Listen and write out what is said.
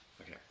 okay